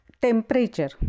temperature